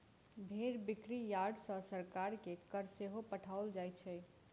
भेंड़ बिक्री यार्ड सॅ सरकार के कर सेहो पठाओल जाइत छै